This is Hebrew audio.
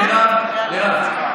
מירב,